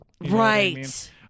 Right